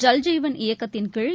ஜல்ஜீவன் இயக்கத்தின் கீழ்